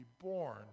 born